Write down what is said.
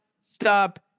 stop